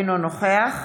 אינו נוכח